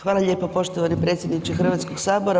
Hvala lijepo poštovani predsjedniče Hrvatskog sabora.